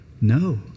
No